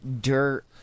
dirt